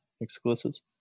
exclusives